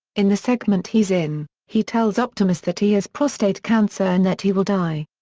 in the segment he's in, he tells optimus that he has prostate cancer and that he will die.